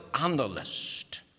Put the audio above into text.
analyst